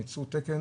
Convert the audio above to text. תקן